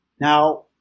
Now